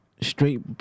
straight